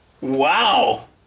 Wow